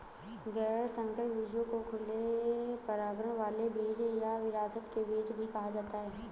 गैर संकर बीजों को खुले परागण वाले बीज या विरासत के बीज भी कहा जाता है